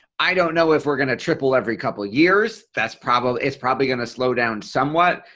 i don't know if we're going to triple every couple of years. that's probably it's probably going to slow down somewhat.